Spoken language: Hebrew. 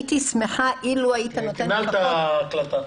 תנעל את ההקלטה.